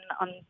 on